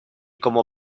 como